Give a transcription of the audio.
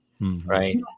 Right